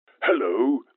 Hello